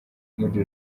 muri